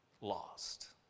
lost